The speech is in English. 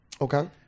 Okay